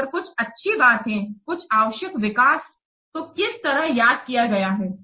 तो अगर कुछ अच्छी बात है कुछ आवश्यक विकास तो किसी तरह याद किया गया है